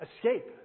escape